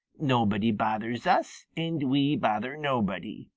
nobody bothers us, and we bother nobody.